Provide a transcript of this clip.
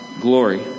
glory